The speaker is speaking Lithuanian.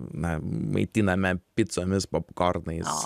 na maitiname picomis popkornais